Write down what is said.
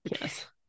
yes